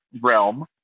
realm